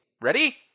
ready